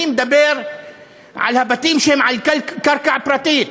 אני מדבר על הבתים שהם על קרקע פרטית,